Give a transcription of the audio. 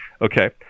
okay